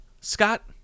Scott